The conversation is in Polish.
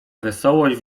wesołość